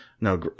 no